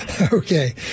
Okay